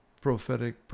prophetic